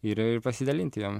ir ir pasidalinti jom